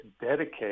dedicate